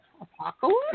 apocalypse